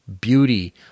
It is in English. beauty